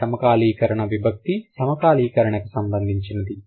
ఈ సమకాలీకరణ విభక్తి సమకాలీకరణ కు సంబంధించినది